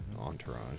Entourage